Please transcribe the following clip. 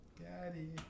Daddy